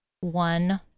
one